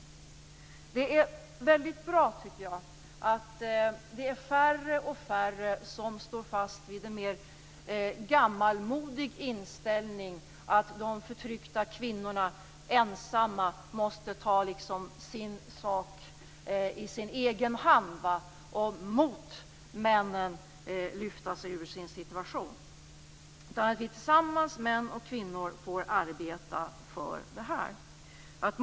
Det är väldigt bra att det är färre och färre som står fast vid en mer gammalmodig inställning, att de förtryckta kvinnorna ensamma måste ta sin sak i sin egen hand och genom att arbeta emot männen lyfta sig ur sin egen situation. I stället bör vi tillsammans män och kvinnor arbeta för detta.